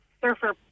surfer